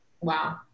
wow